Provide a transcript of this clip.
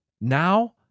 Now